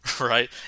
right